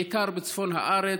בעיקר בצפון הארץ.